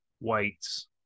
weights